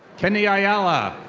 kenny ayala.